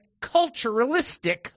culturalistic